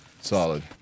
Solid